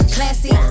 Classy